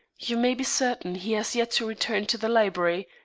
you may be certain he has yet to return to the library,